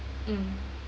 mm